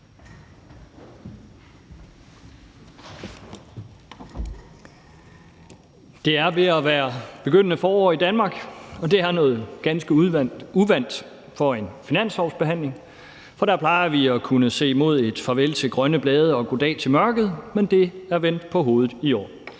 Det er ved at være begyndende forår i Danmark, og det er noget ganske uvant for en finanslovsbehandling, for der plejer vi at kunne se hen imod et farvel til grønne blade og goddag til mørket, men det er vendt på hovedet i år